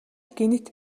гэнэт